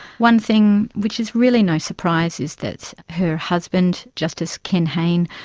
one thing which is really no surprise is that her husband, justice ken hayne,